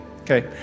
Okay